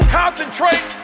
concentrate